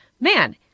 Man